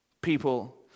People